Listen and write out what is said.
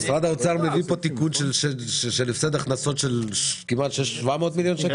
משרד האוצר מביא פה תיקון של הפסד הכנסות של כמעט 700 מיליון שקל.